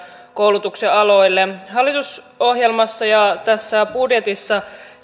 koulutuksen aloille hallitusohjelmassa ja tässä budjetissa